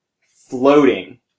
floating